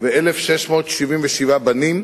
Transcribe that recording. ו-1,677 בנים,